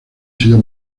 sido